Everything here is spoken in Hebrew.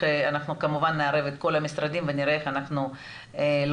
אנחנו כמובן נערב את כל המשרדים ונראה איך אנחנו לוקחים